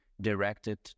directed